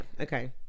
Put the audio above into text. okay